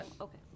Okay